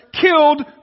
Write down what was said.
killed